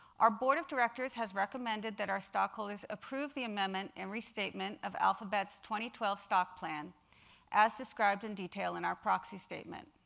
our board of directors has recommended that our stockholders approve the amendment and restatement of alphabet's two twelve stock plan as described in detail in our proxy statement.